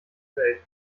welt